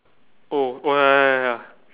oh oh ya ya ya ya ya